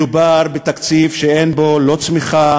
מדובר בתקציב שאין בו לא צמיחה